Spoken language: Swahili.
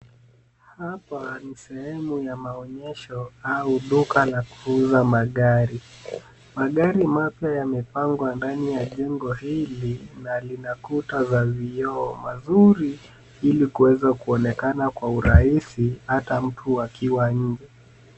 Hapa ni sehemu ya maonyesho au duka la kuuza magari. Magari mapya yamepangwa ndani ya jengo hili na lina kuta za vioo mazuri ili kuweza kuonekana kwa urahisi hata mtu akiwa nje.